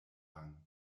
rang